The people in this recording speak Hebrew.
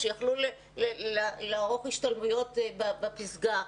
שיכלו לערוך השתלמויות בפסגה.